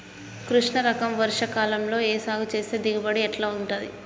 కృష్ణ రకం వర్ష కాలం లో సాగు చేస్తే దిగుబడి ఎట్లా ఉంటది?